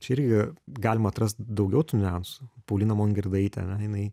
čia irgi galima atrast daugiau tų niuansų pauliną mongirdaitę jinai